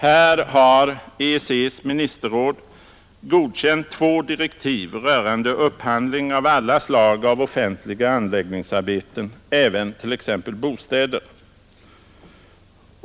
Här har EEC ministerråd godkänt två direktiv rörande upphandling av alla slag av offentliga anläggningsarbeten, även t.ex. bostäder.